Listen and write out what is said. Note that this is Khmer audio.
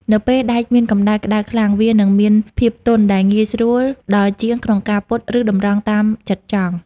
នៅពេលដែកមានកម្ដៅក្ដៅខ្លាំង វានឹងមានភាពទន់ ដែលងាយស្រួលដល់ជាងក្នុងការការពត់ ឬតម្រង់តាមចិត្តចង់។